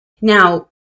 Now